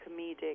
comedic